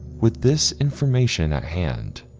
with this information at hand,